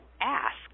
ask